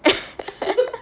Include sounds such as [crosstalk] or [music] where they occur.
[laughs]